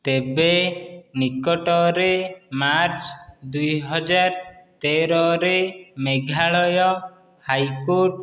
ତେବେ ନିକଟରେ ମାର୍ଚ୍ଚ ଦୁଇ ହଜାର ତେରରେ ମେଘାଳୟ ହାଇକୋର୍ଟ